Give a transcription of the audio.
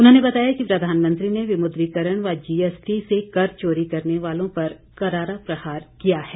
उन्होंने बताया कि प्रधानमंत्री ने विमुद्रीकरण व जीएसटी से कर चोरी करने वालों पर करारा प्रहार किया है